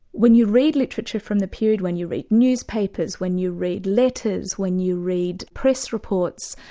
when you read literature from the period, when you read newspapers, when you read letters, when you read press reports,